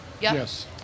Yes